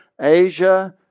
Asia